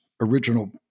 Original